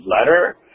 letter